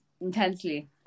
intensely